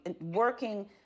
working